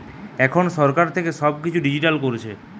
এখন সরকার থেকে সব কিছু ডিজিটাল করছে